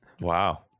Wow